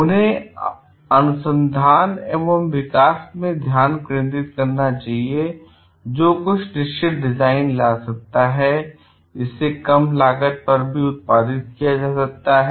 उन्हें अनुसंधान एवं विकास में ध्यान केंद्रित करना चाहिए जो कुछ निश्चित डिजाइन ला सकता है जिसे कम लागत पर भी उत्पादित किया जा सकता है